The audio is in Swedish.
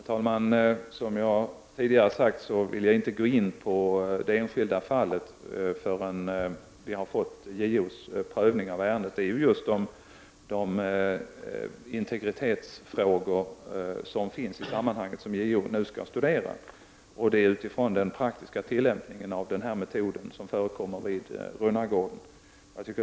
Herr talman! Som jag tidigare sade vill jag inte gå in på det enskilda fallet förrän JO har prövat ärendet. JO studerar just de integritetsfrågor som finns i sammanhanget utifrån den praktiska tillämpningen av den här metoden som förekommer vid Runnagården.